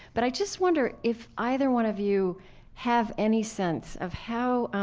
but i just wonder if either one of you have any sense of how